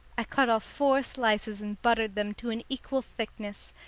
i cut off four slices and buttered them to an equal thickness,